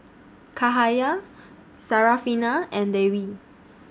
Cahaya Syarafina and Dewi